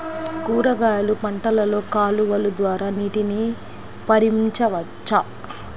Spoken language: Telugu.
కూరగాయలు పంటలలో కాలువలు ద్వారా నీటిని పరించవచ్చా?